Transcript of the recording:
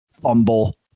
fumble